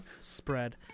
spread